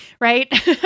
right